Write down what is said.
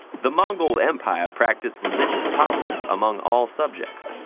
the mongol empire practiced religious tolerance among all subjects,